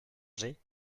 chargée